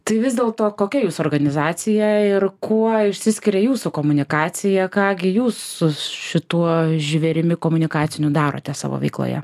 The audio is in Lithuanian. tai vis dėlto kokia jūsų organizacija ir kuo išsiskiria jūsų komunikacija ką gi jūs su šituo žvėrimi komunikaciniu darote savo veikloje